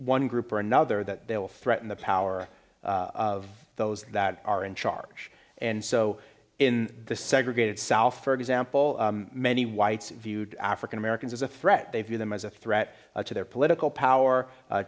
one group or another that will threaten the power of those that are in charge and so in the segregated south for example many whites viewed african americans as a threat they view them as a threat to their political power